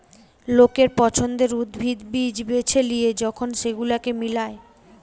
লোকের পছন্দের উদ্ভিদ, বীজ বেছে লিয়ে যখন সেগুলোকে মিলায়